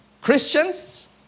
Christians